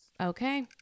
Okay